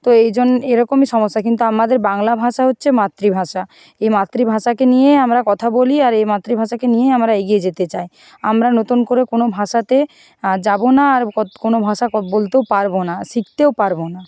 তো এই জন্যে এরকমই সমস্যা কিন্তু আমাদের বাংলা ভাষা হচ্ছে মাতৃভাষা এই মাতৃভাষাকে নিয়ে আমরা কথা বলি আর এই মাতৃভাষাকে নিয়েই আমরা এগিয়ে যেতে চাই আমরা নতুন করে কোনো ভাষাতে আর যাবো না আর কোনো ভাষা বলতেও পারবো না শিখতেও পারবো না